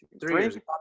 three